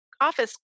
office